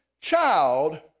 child